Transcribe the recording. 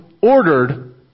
ordered